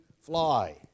fly